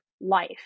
life